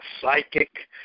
psychic